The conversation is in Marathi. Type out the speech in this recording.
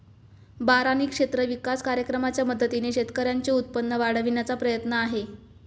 बारानी क्षेत्र विकास कार्यक्रमाच्या मदतीने शेतकऱ्यांचे उत्पन्न वाढविण्याचा प्रयत्न आहे